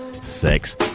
sex